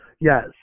Yes